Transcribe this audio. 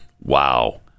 Wow